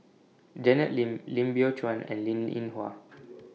Janet Lim Lim Biow Chuan and Linn in Hua